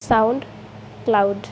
sound cloud